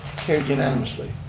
carried unanimously.